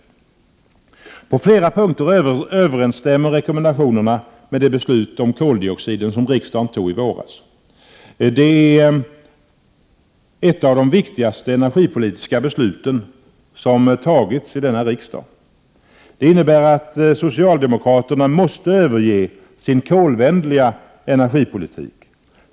På flera punkter överensstämmer rekommendationerna med det beslut om koldioxiden som riksdagen tog i våras. Det är ett av de viktigaste energipolitiska beslut som tagits i denna riksdag. Det innebär att socialdemokraterna måste överge sin kolvänliga energipolitik.